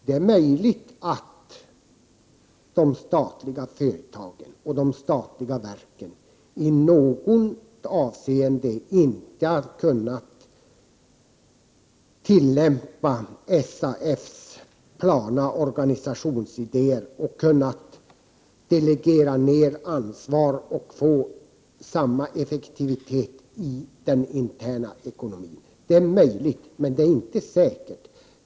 Det är möjligt att statliga företag och statliga verk i något avseende inte har kunnat tillämpa SAS plana organisationsidéer och kunnat delegera ner ansvar och få samma effektivitet i den interna ekonomin. Det är möjligt, men inte säkert.